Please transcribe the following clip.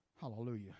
Hallelujah